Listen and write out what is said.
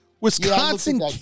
Wisconsin